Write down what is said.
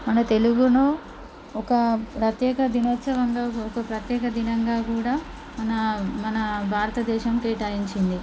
మన తెలుగును ఒక ప్రత్యేక దినోత్సవంగా ఒక ప్రత్యేక దినంగా కూడా మన మన భారత దేశం కేటాయించింది